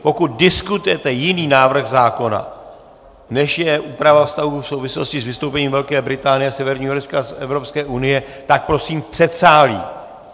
Pokud diskutujete jiný návrh zákona, než je úprava vztahů v souvislosti s vystoupením Velké Británie a Severního Irska z Evropské unie, tak prosím v předsálí!